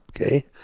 Okay